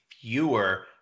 fewer